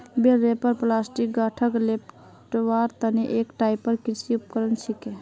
बेल wrapper प्लास्टिकत गांठक लेपटवार तने एक टाइपेर कृषि उपकरण छिके